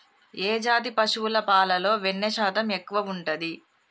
ఏ జాతి పశువుల పాలలో వెన్నె శాతం ఎక్కువ ఉంటది?